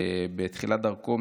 בתחילת דרכו,